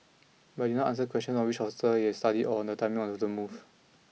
but it did not answer questions on which hotels it had studied or on the timing of the move